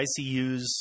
ICUs